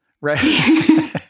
right